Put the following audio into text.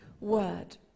word